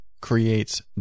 creates